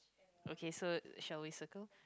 okay so shall we circle